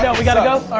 yeah we gotta go.